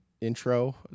intro